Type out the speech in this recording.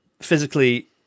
physically